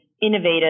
innovative